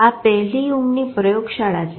આ પહેલી ઊંઘની પ્રયોગશાળા છે